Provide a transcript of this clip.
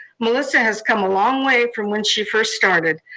melissa has come a long way from when she first started.